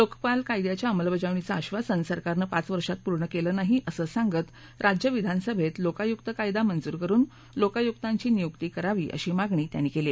लोकपाल कायद्याच्या अंमलबजावणीचं आश्वासन सरकारनं पाच वर्षांत पूर्ण केलं नाही असं सांगत राज्य विधानसभेत लोकायुक्त कायदा मंजूर करून लोकायुक्तांची नियुक्ती करावी अशी मागणी त्यांनी केली